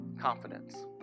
Confidence